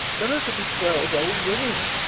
there are to be twelve old women,